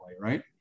Right